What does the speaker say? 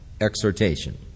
exhortation